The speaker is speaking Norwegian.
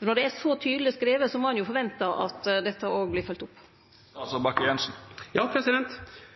Når det er så tydeleg skrive, må ein forvente at dette òg vert følgt opp. Ja,